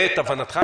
ואת הבנתך,